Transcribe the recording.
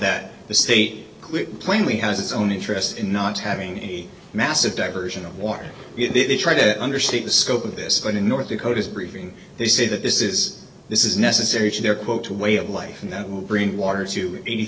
that the state plainly has its own interests in not having a massive diversion of water they try to understate the scope of this one in north dakota's grieving they say that this is this is necessary for their quote two way of life and that will bring water to eighty